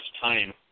time